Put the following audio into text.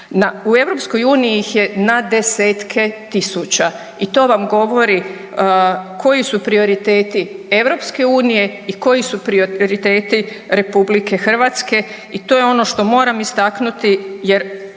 U EU ih je na desetke tisuća i to vam govori koji su prioriteti EU i koji su prioriteti RH i to je ono što moram istaknuti jer